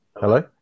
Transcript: Hello